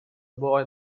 boy